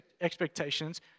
expectations